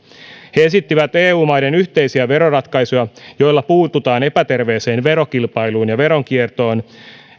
he esittivät eu maiden yhteisiä veroratkaisuja joilla puututaan epäterveeseen verokilpailuun ja veronkiertoon